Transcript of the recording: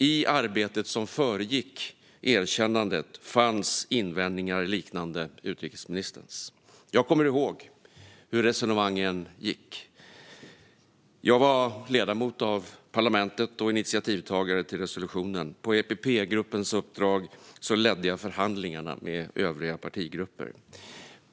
I arbetet som föregick erkännandet fanns invändningar liknande utrikesministerns. Jag kommer ihåg hur resonemangen gick. Jag var ledamot av parlamentet och initiativtagare till resolutionen. På EPP-gruppens uppdrag ledde jag förhandlingarna med övriga partigrupper.